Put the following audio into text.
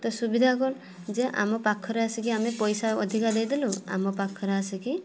ତ ସୁବିଧା କ'ଣ ଯେ ଆମ ପାଖରେ ଆସିକି ଆମେ ପଇସା ଅଧିକା ଦେଇଦେଲୁ ଆମ ପାଖରେ ଆସିକି